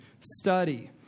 study